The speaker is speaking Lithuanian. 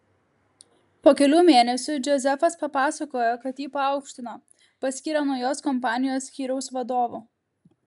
po kelių mėnesių džozefas papasakojo kad jį paaukštino paskyrė naujos kompanijos skyriaus vadovu